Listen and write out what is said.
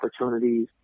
opportunities